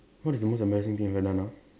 what is the most embarrassing thing I've ever done ah